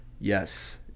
Yes